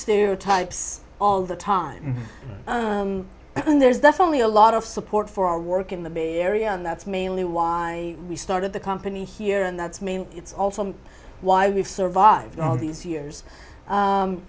stereotypes all the time and there's definitely a lot of support for our work in the bay area and that's mainly why we started the company here and that's maybe it's also why we've survived all these years